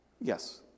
Yes